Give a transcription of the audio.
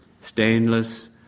stainless